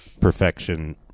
perfection